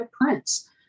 prints